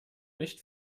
nicht